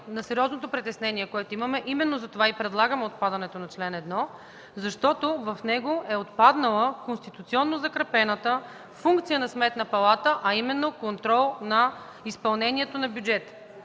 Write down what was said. сериозното притеснение, което имаме, и именно за това предлагаме отпадането му, защото в него е отпаднала конституционно закрепената функция на Сметната палата, а именно контрол върху изпълнението на бюджета.